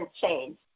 change